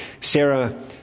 Sarah